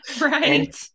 Right